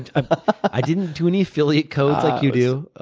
and i didn't do any affiliate codes like you do.